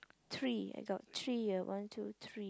three I got three here one two three